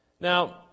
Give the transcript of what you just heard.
Now